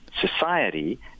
society